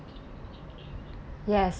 yes